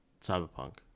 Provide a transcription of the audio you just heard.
Cyberpunk